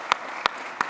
(מחיאות